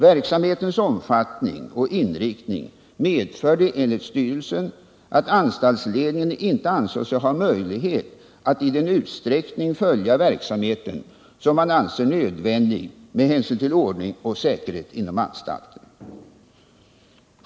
Verksamhetens omfattning och inriktning medförde enligt styrelsen att anstaltsledningen inte ansåg sig ha möjlighet att följa verksamheten i den utsträckning som man anser nödvändig med hänsyn till ordning och säkerhet inom anstalten.